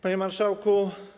Panie Marszałku!